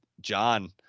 John